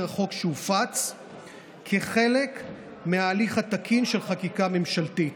החוק שהופץ כחלק מההליך התקין של חקיקה ממשלתית.